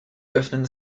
öffnen